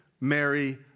Mary